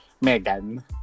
Megan